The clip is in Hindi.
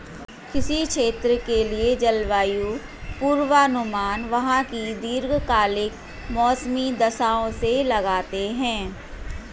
किसी क्षेत्र के लिए जलवायु पूर्वानुमान वहां की दीर्घकालिक मौसमी दशाओं से लगाते हैं